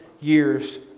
years